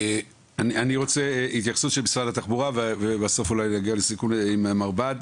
אני רוצה התייחסות של משרד התחבורה ובסוף אולי נגיע לסיכום עם המרב"ד.